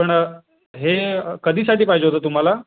पण हे कधीसाठी पाहिजे होतं तुम्हाला